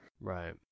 Right